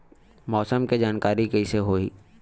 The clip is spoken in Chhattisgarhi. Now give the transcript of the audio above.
मौसम के जानकारी कइसे होही?